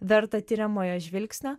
verta tiriamojo žvilgsnio